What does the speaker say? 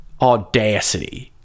audacity